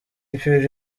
perry